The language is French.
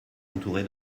entouré